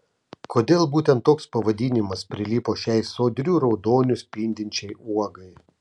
kodėl būtent toks pavadinimas prilipo šiai sodriu raudoniu spindinčiai uogai